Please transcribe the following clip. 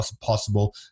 possible